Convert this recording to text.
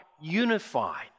unified